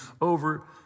over